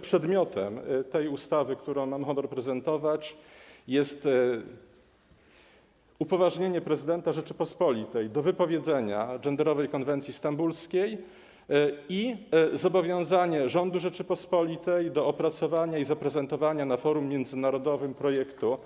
Przedmiotem tej ustawy, którą mam honor prezentować, jest upoważnienie prezydenta Rzeczypospolitej do wypowiedzenia genderowej konwencji stambulskiej i zobowiązanie rządu Rzeczypospolitej do opracowania i zaprezentowania na forum międzynarodowym projektu